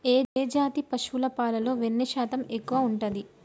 ఏ జాతి పశువుల పాలలో వెన్నె శాతం ఎక్కువ ఉంటది?